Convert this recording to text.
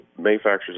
manufacturers